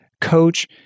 coach